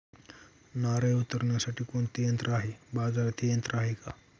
नारळे उतरविण्यासाठी कोणते यंत्र आहे? बाजारात हे यंत्र आहे का?